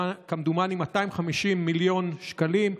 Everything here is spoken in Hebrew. של כמדומני 250 מיליון שקלים.